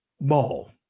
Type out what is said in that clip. ball